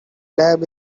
lab